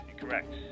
Correct